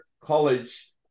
college